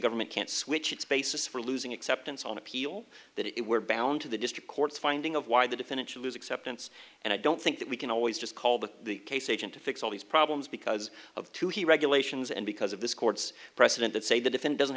government can't switch its basis for losing acceptance on appeal that it were bound to the district court's finding of why the defendant should lose acceptance and i don't think that we can always just call that the case agent to fix all these problems because of too he regulations and because of this court's precedent that say the defend doesn't